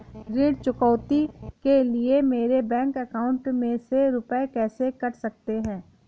ऋण चुकौती के लिए मेरे बैंक अकाउंट में से रुपए कैसे कट सकते हैं?